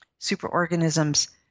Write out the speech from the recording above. superorganisms